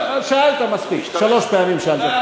שאלת מספיק, שלוש פעמים שאלת.